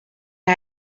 guy